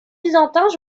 byzantins